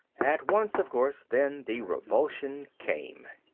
at once, of course, then, the revulsion came.